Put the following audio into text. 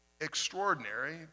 extraordinary